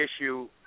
issue